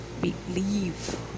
believe